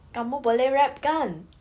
kamu boleh rap kan